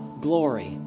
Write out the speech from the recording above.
glory